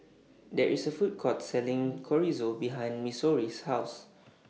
There IS A Food Court Selling Chorizo behind Missouri's House